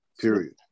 Period